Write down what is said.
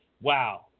wow